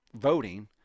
voting